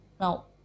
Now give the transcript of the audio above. Now